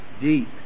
Deep